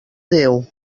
déu